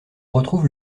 retrouve